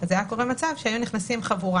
היה קורה מצב שהייתה נכנסת למשל חבורה